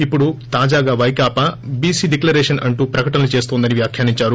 ఇప్పుడు తారాగా వైకాపా చీసీ డిక్లరేషన్ అంటూ ప్రకటనలు చేస్తోందని వ్యాఖ్యానిందారు